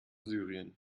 syrien